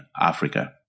Africa